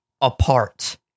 apart